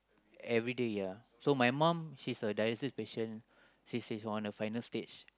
everyday ya so my mum she is a dialysis patient she is on a final stage